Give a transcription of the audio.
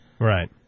Right